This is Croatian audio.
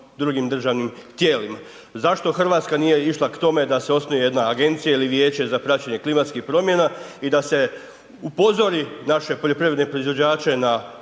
drugim državnim tijelima. Zašto Hrvatska nije išla k tome da se osnuje jedna agencija ili vijeće za praćenje klimatskih promjena i da se upozori naše poljoprivredne proizvođače na